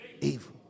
Evil